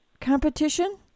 competition